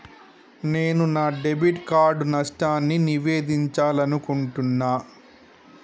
నేను నా debit card నష్టాన్ని నివేదించాలనుకుంటున్నా